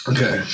Okay